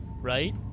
right